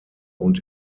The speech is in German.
und